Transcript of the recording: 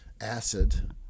acid